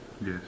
Yes